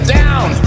down